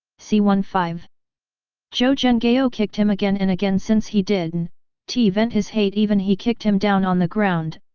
c one five zhou zhenghao ah kicked him again and again since he didn t vent his hate even he kicked him down on the ground,